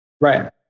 Right